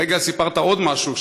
הרגע סיפרת עוד משהו,